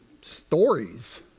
stories